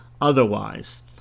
otherwise